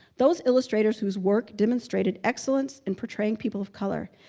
those illustrators whose work demonstrated excellence in portraying people of color.